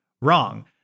wrong